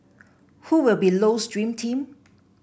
who will be Low's dream team